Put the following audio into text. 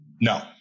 No